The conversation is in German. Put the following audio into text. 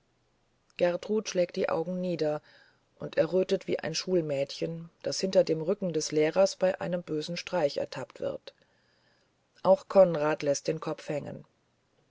gertrud schlägt die augen nieder und errötet wie ein schulmädchen das hinter dem rücken des lehrers bei einem bösen streich ertappt wird auch konrad läßt den kopf hängen